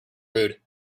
rude